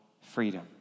freedom